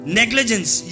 negligence